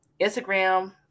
Instagram